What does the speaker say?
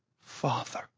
Father